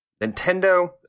Nintendo